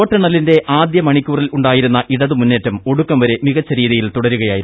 വോട്ടെണ്ണലിന്റെ ആദ്യ മണിക്കൂറിലുണ്ടാ യിരുന്ന ഇടതു മുന്നേറ്റം ഒടുക്കം വരെ മികച്ച രീതിയിൽ തുടരുകയായിരുന്നു